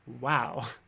Wow